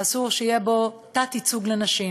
אסור שיהיה בו תת-ייצוג לנשים.